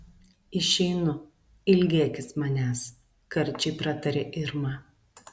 išeinu ilgėkis manęs karčiai pratarė irma